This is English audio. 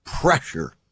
pressure